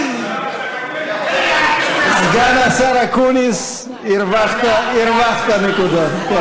סגן השר אקוניס, הרווחת נקודות.